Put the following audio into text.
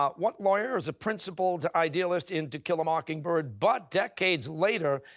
um what lawyer is a principled idealist in to kill a mockingbird, but decades later,